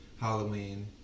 Halloween